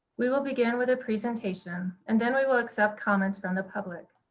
we will begin with a presentation, and then we will accept comments from the public.